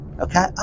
Okay